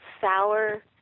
sour